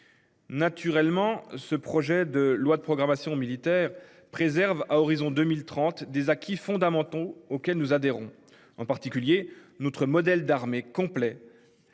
Naturellement ce projet de loi de programmation militaire préserve à horizon 2030 des acquis fondamentaux auxquels nous adhérons en particulier notre modèle d'armée complet.